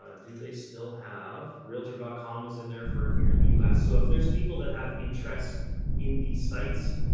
um do they still have realtor dot com is in there for if you're in the u s so if there's people that have interests in these sites,